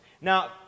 Now